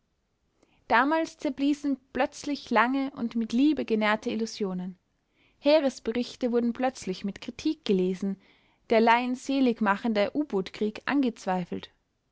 damals zerbliesen plötzlich lange und mit liebe genährte illusionen heeresberichte wurden plötzlich mit kritik gelesen der alleinseligmachende u-bootkrieg angezweifelt